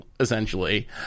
essentially